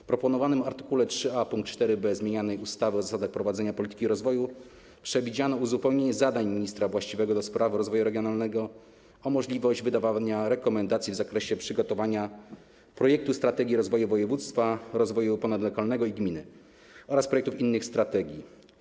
W proponowanym art. 3a pkt 4b zmienianej ustawy o zasadach prowadzenia polityki rozwoju przewidziano uzupełnienie zadań ministra właściwego do spraw rozwoju regionalnego o możliwość wydawania rekomendacji w zakresie przygotowania projektu strategii rozwoju województwa, rozwoju ponadlokalnego i gminy oraz projektów innych strategii.